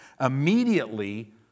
Immediately